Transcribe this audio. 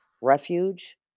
refuge